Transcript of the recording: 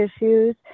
issues